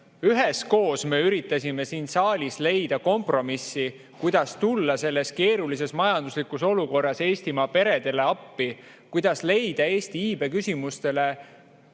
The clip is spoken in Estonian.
üheskoos me üritasime siin saalis leida kompromissi, kuidas tulla selles keerulises majanduslikus olukorras Eestimaa peredele appi, kuidas leida Eesti iibeküsimustele